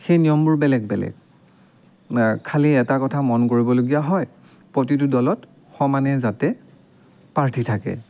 সেই নিয়মবোৰ বেলেগ বেলেগ খালী এটা কথা মনকৰিবলগীয়া হয় প্ৰতিটো দলত সমানে যাতে প্ৰাৰ্থী থাকে